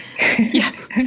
Yes